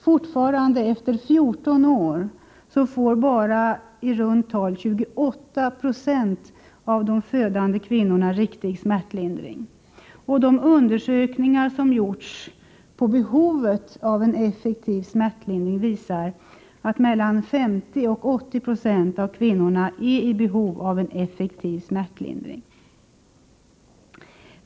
Fortfarande, efter 14 år, får bara i runt tal 28 96 av de födande kvinnorna riktig smärtlindring. De undersökningar som gjorts om behov av en effektiv smärtlindring visar att 50-80 96 av kvinnorna är i behov av en effektiv smärtlindring.